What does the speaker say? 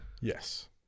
yes